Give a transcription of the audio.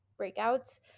breakouts